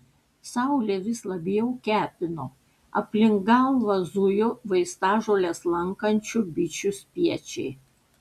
saulė vis labiau kepino aplink galvą zujo vaistažoles lankančių bičių spiečiai